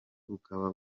ukaba